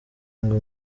ngo